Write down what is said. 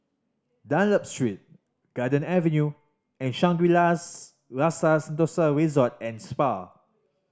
Dunlop Street Garden Avenue and Shangri La's Rasa Sentosa Resort and Spa